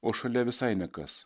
o šalia visai nekas